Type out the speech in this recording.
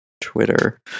Twitter